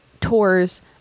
tours